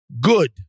good